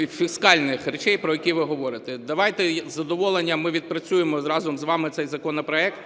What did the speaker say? фіскальних речей, про які говорите. Давайте, із задоволенням ми відпрацюємо разом з вами цей законопроект.